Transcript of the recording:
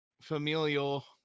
familial